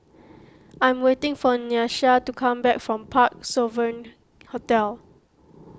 I'm waiting for Nyasia to come back from Parc Sovereign Hotel